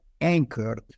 anchored